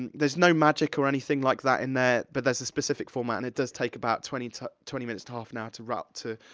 and there's no magic or anything like that in there, but there's a specific format, and it does take about twenty to, twenty minutes to half an hour to route, to,